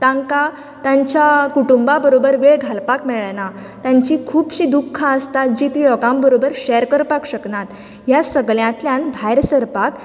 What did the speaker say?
तांकां तांच्या कुटुंबा बरोबर वेळ घालपाक मेळना तांची खुबशीं दुख्खां आसता जीं तीं लोकां बरोबर शेयर करपाक शकनात ह्या सगल्यांतल्यान भायर सरपाक तांकां